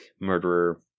murderer